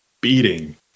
beating